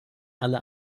alle